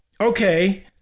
Okay